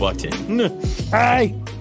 Hey